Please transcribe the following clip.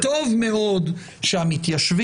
טוב מאוד שהמתיישבים,